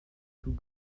tout